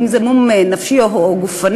אם זה מום נפשי או גופני,